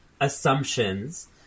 assumptions